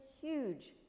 huge